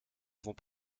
avons